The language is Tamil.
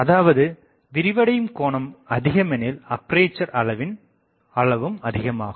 அதாவது விரிவடையும் கோணம் அதிகமெனில் அப்பேசரின் அளவும் அதிகமாகும்